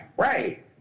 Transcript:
right